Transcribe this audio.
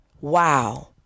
Wow